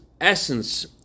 essence